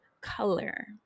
color